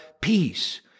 peace